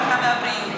הרווחה והבריאות,